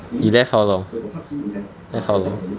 you left how long left how long